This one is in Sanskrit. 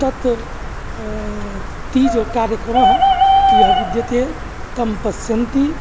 तत् तीज् कार्यक्रमः यः विद्यते तं पश्यन्ति